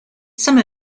some